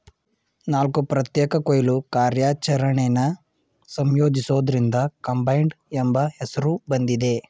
ನಾಲ್ಕು ಪ್ರತ್ಯೇಕ ಕೊಯ್ಲು ಕಾರ್ಯಾಚರಣೆನ ಸಂಯೋಜಿಸೋದ್ರಿಂದ ಕಂಬೈನ್ಡ್ ಎಂಬ ಹೆಸ್ರು ಬಂದಿದೆ